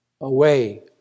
away